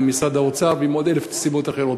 משרד האוצר ועם עוד אלף סיבות אחרות.